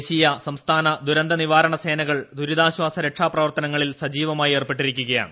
ദേശീയ സ്ര്സ്ഥാന്ന ദുരന്തനിവാരണ സേനകൾ ദുരിതാശ്വാസ രക്ഷാ പ്രവർത്തന്ങ്ങൾ സജീവമായി ഏർപ്പെട്ടിരിക്കുകയാണ്